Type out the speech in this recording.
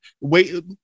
wait